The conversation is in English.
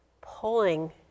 pulling